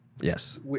Yes